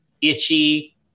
itchy